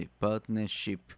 partnership